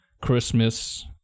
Christmas